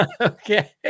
Okay